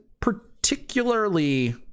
particularly